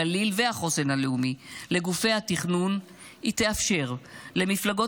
הגליל והחוסן הלאומי לגופי התכנון תאפשר למפלגות